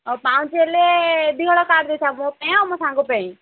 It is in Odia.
ଆଉ ପାଉଁଜି ହେଲେ ଦୁଇହଳ କାଢ଼ି ଦେଇଥା ମୋ ପାଇଁ ଆଉ ମୋ ସାଙ୍ଗ ପାଇଁ